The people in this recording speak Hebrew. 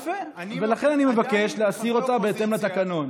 יפה, ולכן אני מבקש להסיר אותה, בהתאם לתקנון.